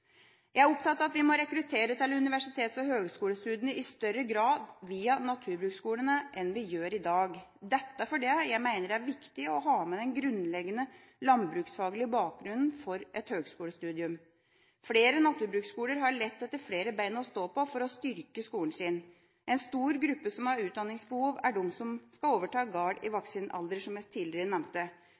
Jeg opptatt av at vi må rekruttere til universitets- og høgskolestudiene i større grad via naturbruksskolene enn vi gjør i dag, fordi jeg mener det er viktig å ha med den grunnleggende landbruksfaglige bakgrunnen for et høgskolestudium. Flere naturbruksskoler har lett etter flere bein å stå på for å styrke skolen sin. En stor gruppe som har utdanningsbehov, er dem som skal overta gård i voksen alder, som jeg har nevnt tidligere.